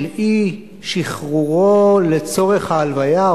של אי-שחרורו לצורך ההלוויה,